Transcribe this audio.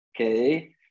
Okay